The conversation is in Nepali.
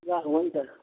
ल ल हुन्छ